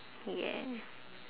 yeah